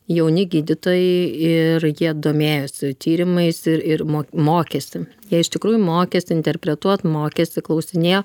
jauni gydytojai ir jie domėjosi tyrimais ir ir mo mokėsi jie iš tikrųjų mokėsi interpretuot mokėsi klausinėjo